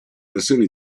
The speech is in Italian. versione